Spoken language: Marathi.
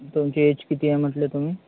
तुमची एज किती आहे म्हटले तुम्ही